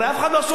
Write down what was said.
הרי זה לא אסון.